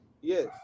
Yes